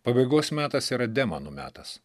pabaigos metas yra demonų metas